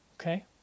Okay